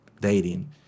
dating